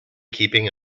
keeping